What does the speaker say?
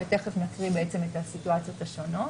תכף נקריא את הסיטואציות השונות.